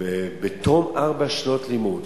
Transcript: בתום ארבע שנות לימוד,